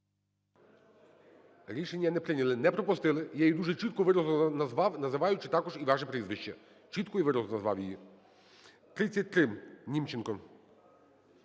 Рішення не прийняли. Не пропустили. Я її дуже чітко, виразно назвав, називаючи також і ваше прізвище. Чітко і виразно назвав її. 33, Німченко.